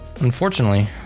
Unfortunately